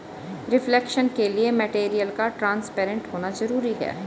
reflection के लिए material का ट्रांसपेरेंट होना जरूरी है